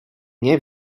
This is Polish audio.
nie